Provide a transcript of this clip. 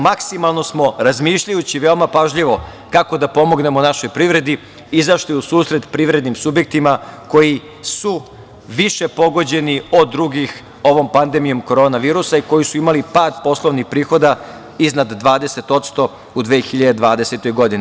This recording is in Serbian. Maksimalno smo razmišljajući veoma pažljivo kako da pomognemo našoj privredi izašli u susret privrednim subjektima koji su više pogođeni od drugih ovom pandemijom korona virusa i koji su imali pad poslovnih prihoda iznad 20% u 2020. godini.